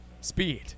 Speed